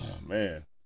man